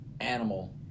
animal